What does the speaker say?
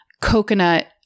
coconut